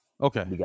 Okay